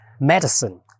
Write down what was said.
medicine